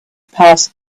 passed